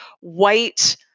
white